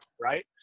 Right